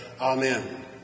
Amen